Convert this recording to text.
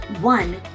One